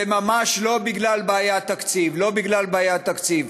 זה ממש לא בגלל בעיית תקציב, לא בגלל בעיית תקציב.